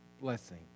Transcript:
blessing